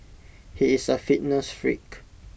he is A fitness freak